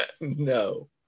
No